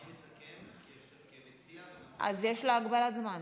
אני מסכם כמציע, אז יש לה הגבלת זמן.